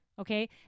Okay